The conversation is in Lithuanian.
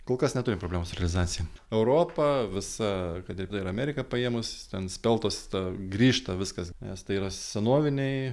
kol kas neturim problemos su realizacija europa visa kad ir dar ameriką paėmus ten speltos ta grįžta viskas nes tai yra senoviniai